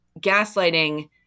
gaslighting